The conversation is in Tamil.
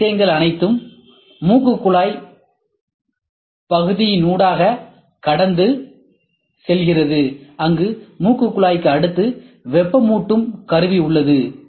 இந்த விஷயங்கள் அனைத்தும் மூக்குக்குழாய் பகுதியினூடாக கடந்து செல்கிறது அங்கு மூக்குக்குழாய்க்கு அடுத்து வெப்பமூட்டும் கருவி உள்ளது